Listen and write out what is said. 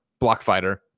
Blockfighter